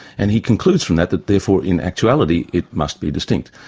and he concludes from that that therefore in actuality it must be distinct,